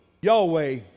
Yahweh